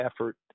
effort